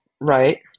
right